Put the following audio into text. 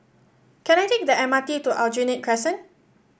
can I take the M R T to Aljunied Crescent